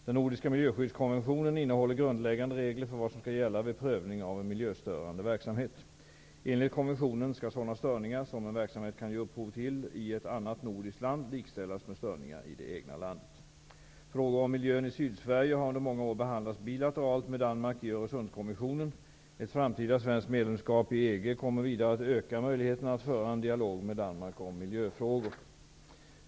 Den nordiska miljöskyddskonventionen innehåller grundläggande regler för vad som skall gälla vid prövning av en miljöstörande verksamhet. Enligt konventionen skall sådana störningar som en verksamhet kan ge upphov till i ett annat nordiskt land likställas med störningar i det egna landet. Frågor om miljön i Sydsverige har under många år behandlats bilateralt med Danmark i Öresundskommissionen. Ett framtida svenskt medlemskap i EG kommer vidare att öka möjligheterna att föra en dialog med Danmark om miljöfrågor.